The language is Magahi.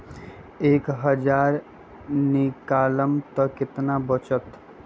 एक हज़ार निकालम त कितना वचत?